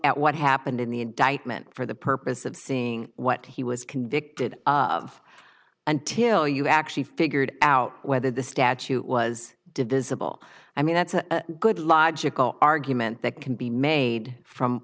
at what happened in the indictment for the purpose of seeing what he was convicted of until you actually figured out whether the statute was divisible i mean that's a good logical argument that can be made from